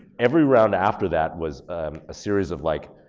every round after that was a series of like,